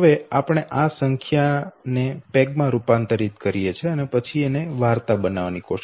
હવે આ સંખ્યાને પેગ માં રૂપાંતરિત કરો અને પછી એક વાર્તા બનાવો